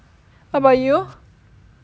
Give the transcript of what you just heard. what about you